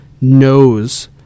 knows